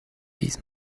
this